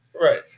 Right